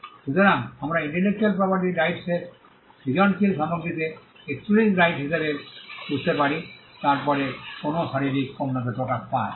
সুতরাং আমরা ইন্টেলেকচুয়াল প্রপার্টির রাইটস এর সৃজনশীল সামগ্রীতে এক্সক্লুসিভ রাইটস হিসাবে বুঝতে পারি তারপরে কোনও শারীরিক পণ্যতে প্রকাশ পায়